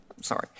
sorry